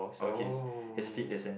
oh